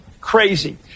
crazy